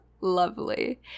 lovely